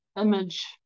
image